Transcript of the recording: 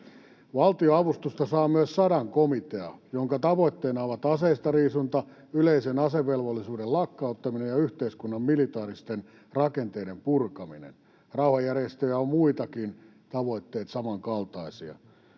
Valtionavustusta saa myös Sadankomitea, jonka tavoitteina ovat aseistariisunta, yleisen asevelvollisuuden lakkauttaminen ja yhteiskunnan militaaristen rakenteiden purkaminen. Rauhanjärjestöjä on muitakin, tavoitteet samankaltaisia.